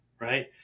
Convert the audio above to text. right